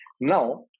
Now